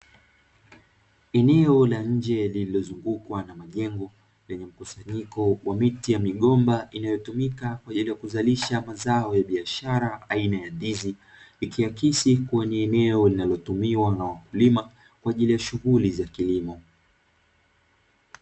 Eneo la nje lililozungukwa na majengo lenye mkusanyiko wa miti ya migomba inayotumika kwa ajili ya kuzalisha mazao ya biashara aina ya ndizi, ikihakikisha kuwa ni eneo linalotumiwa na wakulima kwa ajili ya shughuli za kilimo.